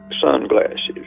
sunglasses